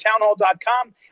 townhall.com